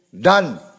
done